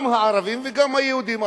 גם הערבים וגם היהודים.